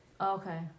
Okay